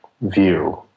view